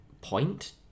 point